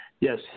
Yes